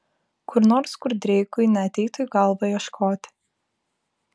kur nors kur dreikui neateitų į galvą ieškoti